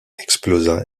explosa